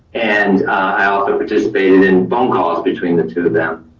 and i also participated in phone calls between the two of them.